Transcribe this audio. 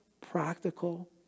practical